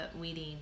weeding